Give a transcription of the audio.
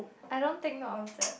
I don't take note of that